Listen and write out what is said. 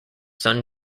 son